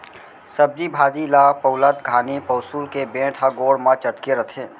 सब्जी भाजी ल पउलत घानी पउंसुल के बेंट ह गोड़ म चटके रथे